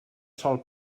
sòl